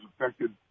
affected